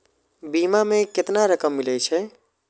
बीमा में केतना रकम मिले छै?